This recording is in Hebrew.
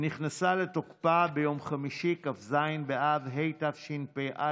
שנכנסה לתוקפה ביום חמישי, כ"ז באב התשפ"א,